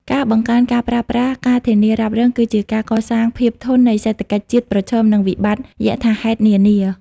ការបង្កើនការប្រើប្រាស់ការធានារ៉ាប់រង គឺជាការកសាងភាពធន់នៃសេដ្ឋកិច្ចជាតិប្រឈមនឹងវិបត្តិយថាហេតុនានា។